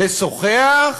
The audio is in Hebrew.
לשוחח,